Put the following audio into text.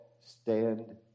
stand